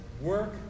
work